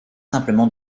simplement